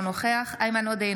אינו נוכח איימן עודה,